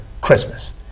Christmas